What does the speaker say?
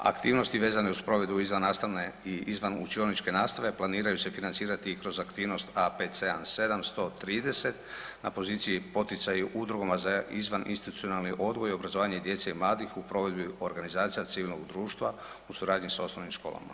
Aktivnosti vezane uz provedbu izvan nastavne i izvan učioničke nastave planiraju se financirati kroz aktivnost A577130 na poziciji poticaji udrugama za izvan institucionalni odgoj i obrazovanje djece i mladih u provedbi organizacija civilnog društva u suradnji s osnovnim školama.